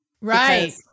Right